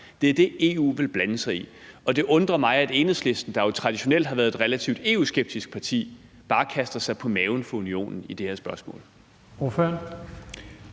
Det er det, EU vil blande sig i. Og det undrer mig, at Enhedslisten, der jo traditionelt har været et relativt EU-skeptisk parti, bare kaster sig på maven for Unionen i det her spørgsmål.